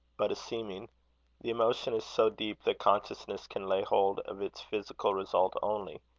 but a seeming the emotion is so deep, that consciousness can lay hold of its physical result only.